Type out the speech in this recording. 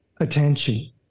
attention